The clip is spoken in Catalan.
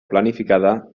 planificada